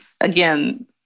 again